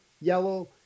yellow